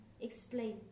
explain